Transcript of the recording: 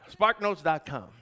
Sparknotes.com